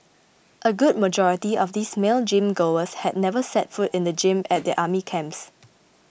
a good majority of these male gym goers had never set foot in the gym at their army camps